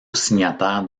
signataires